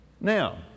Now